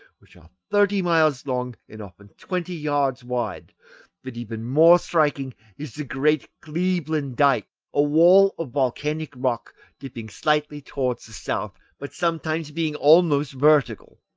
which are thirty miles long and often twenty yards wide but even more striking is the great cleveland dyke a wall of volcanic rock dipping slightly towards the south, but sometimes being almost vertical,